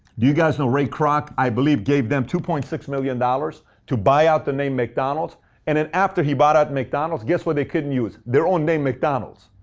you guys know ray kroc. i believe he gave them two point six million dollars to buy out the name mcdonald's and then after he bought out mcdonald's, guess what they couldn't use? their own name, mcdonald's.